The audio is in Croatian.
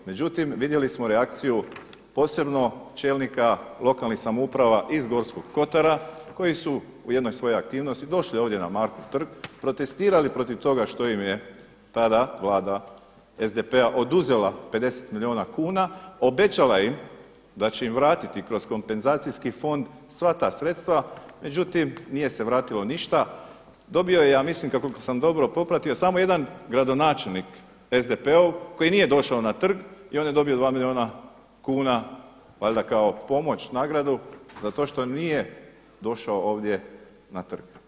Međutim, vidjeli smo reakciju posebno čelnika lokalnih samouprava iz Gorskog Kotara koji su u jednoj svojoj aktivnosti došli ovdje na Markov trg, protestirali protiv toga što im je tada Vlada SDP-a oduzela 50 milijuna kuna, obećala im da će im vratiti kroz kompenzacijski fond sva ta sredstva međutim nije se vratilo ništa, dobio je ja mislim koliko sam dobro popratio samo jedan gradonačelnik SDP-ov koji nije došao na trg i on je dobio 2 milijuna kuna valjda kao pomoć, nagradu za to što nije došao ovdje na trg.